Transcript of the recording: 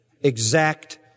exact